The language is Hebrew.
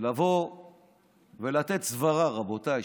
לבוא ולתת סברה, רבותיי.